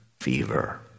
fever